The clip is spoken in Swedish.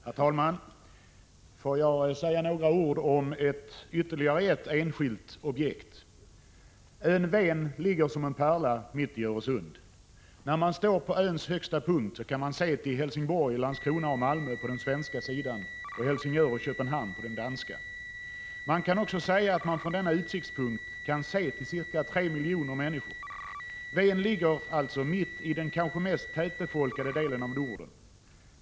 Herr talman! Får jag säga några ord om ytterligare ett enskilt objekt. Ön Ven ligger som en pärla mitt i Öresund. När man står på öns högsta punkt så kan man se till bl.a. Helsingborg, Landskrona och Malmö på den svenska sidan och Helsingör och Köpenhamn på den danska. Man kan också säga att man från denna utsiktspunkt kan se till ca 3 miljoner människor. Ven ligger alltså mitt i den kanske mest tätbefolkade delen av Norden.